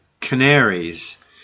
canaries